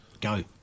Go